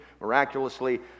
miraculously